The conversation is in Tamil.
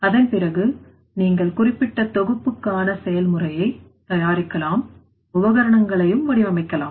அதன்பிறகு நீங்கள் குறிப்பிட்ட தொகுப்புக்கான செயல்முறையை தயாரிக்கலாம் உபகரணங்களையும் வடிவமைக்கலாம்